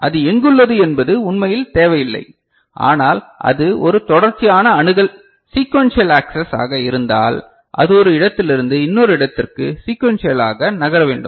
அது எங்குள்ளது என்பது உண்மையில் தேவையில்லை ஆனால் அது ஒரு தொடர்ச்சியான அணுகல் சீக்குவன்ஷியல் ஆக்ஸஸ் ஆக இருந்தால் அது ஒரு இடத்திலிருந்து இன்னொரு இடத்திற்கு சீக்குவன்ஷியலாக நகர வேண்டும்